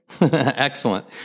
Excellent